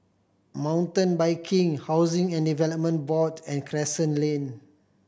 Mountain Biking Housing and Development Board and Crescent Lane